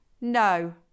No